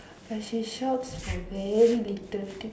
but she shouts for very little thing